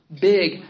big